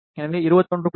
எனவே 21